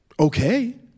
okay